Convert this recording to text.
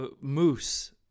moose